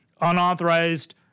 unauthorized